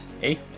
Hey